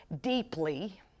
deeply